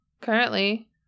Currently